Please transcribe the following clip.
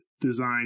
design